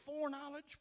foreknowledge